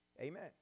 Amen